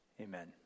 Amen